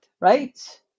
Right